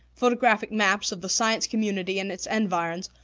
photographic maps of the science community and its environs,